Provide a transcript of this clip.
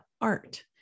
art